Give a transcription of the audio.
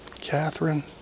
Catherine